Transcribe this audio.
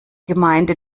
gemeinde